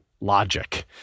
logic